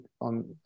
on